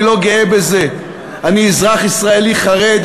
אני לא גאה בזה, אני אזרח ישראלי חרד.